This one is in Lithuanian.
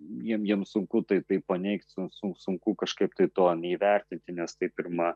jiem jiem sunku tai tai paneigt sun sunku kažkaip tai to neįvertinti nes tai pirma